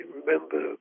remember